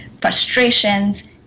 frustrations